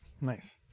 nice